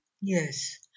Yes